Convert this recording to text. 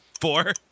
Four